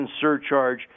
surcharge